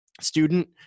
student